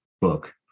book